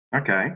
Okay